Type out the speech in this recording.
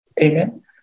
Amen